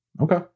Okay